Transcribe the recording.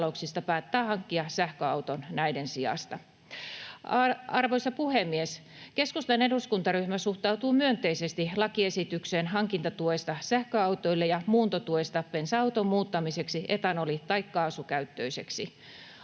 päättää hankkia sähköauton näiden sijasta. Arvoisa puhemies! Keskustan eduskuntaryhmä suhtautuu myönteisesti lakiesitykseen hankintatuesta sähköautoille ja muuntotuesta bensa-auton muuttamiseksi etanoli- tai kaasukäyttöiseksi.